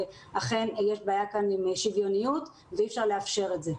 שאכן יש כאן בעיה עם שוויוניות ולא ניתן לאפשר את זה.